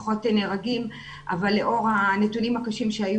פחות נהרגים אבל לאור הנתונים הקשים שהיו